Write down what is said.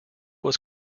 was